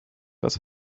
das